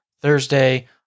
Thursday